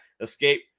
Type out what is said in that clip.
escape